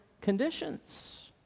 conditions